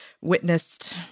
witnessed